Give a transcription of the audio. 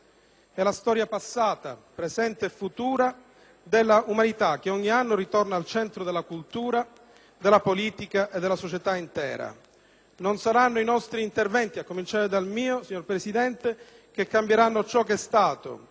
È la storia passata, presente e futura dell'umanità che ogni anno ritorna al centro della cultura, della politica e della società intera. Non saranno i nostri interventi, a cominciare dal mio, che cambieranno ciò che è stato,